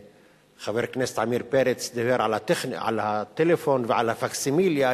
חבר הכנסת עמיר פרץ דיבר על הטלפון ועל הפקסימיליה.